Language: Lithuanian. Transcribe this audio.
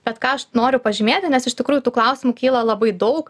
bet ką aš noriu pažymėti nes iš tikrųjų tų klausimų kyla labai daug